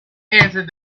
answered